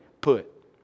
put